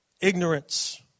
ignorance